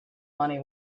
money